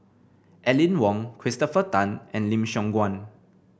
Aline Wong Christopher Tan and Lim Siong Guan